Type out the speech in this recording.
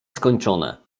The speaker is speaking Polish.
skończone